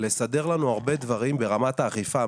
לסדר לנו הרבה דברים ברמת האכיפה.